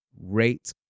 rate